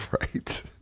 right